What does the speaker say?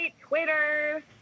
Twitter